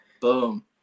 Boom